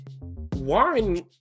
warren